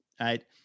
right